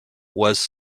was